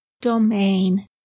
domain